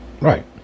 Right